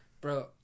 Bro